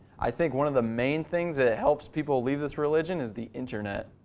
i think one of the main things that helps people leave this religion is the internet.